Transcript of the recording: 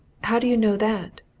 how do you know that?